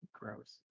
Gross